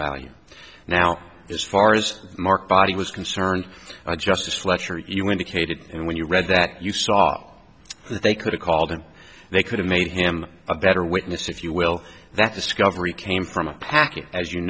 value now as far as mark body was concerned i just fletcher you indicated and when you read that you saw that they could have called and they could have made him a better witness if you will that discovery came from a package as you